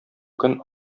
көн